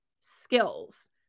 skills